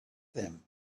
them